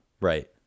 right